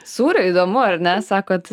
sūrio įdomu ar ne sakot